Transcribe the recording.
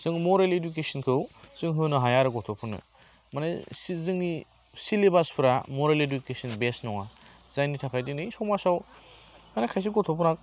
जों मरेल इडुकेसनखौ जों होनो हाया आरो गथ'फोरनो माने सि जोंनि सेलिभासफ्रा मरेल इडुकेसन बेस नङा जायनि थाखाय दिनै समाजाव माने खायसे गथ'फोरा